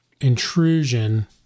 intrusion